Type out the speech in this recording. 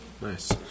Nice